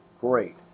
great